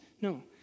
No